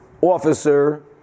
officer